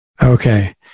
Okay